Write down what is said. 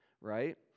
right